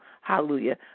hallelujah